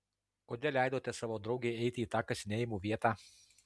kodėl leidote savo draugei eiti į tą kasinėjimų vietą